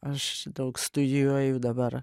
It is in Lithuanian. aš daug studijuoju dabar